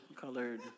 colored